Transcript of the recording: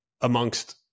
amongst